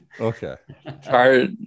Okay